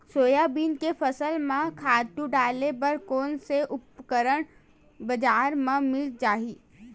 Soybean के फसल म खातु डाले बर कोन से उपकरण बजार म मिल जाहि?